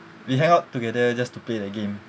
we hang out together just to play that game